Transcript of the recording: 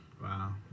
Wow